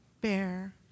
bear